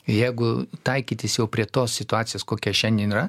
jeigu taikytis jau prie tos situacijos kokia šiandien yra